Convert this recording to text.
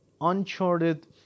uncharted